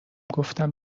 گفتم